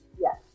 Yes